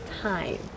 time